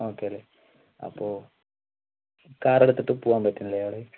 okay അല്ലേ അപ്പോൾ car എടുത്തിട്ട് പോവാൻ പറ്റും അല്ലേ അവിടെ